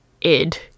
id